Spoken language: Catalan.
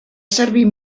servir